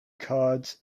cards